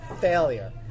failure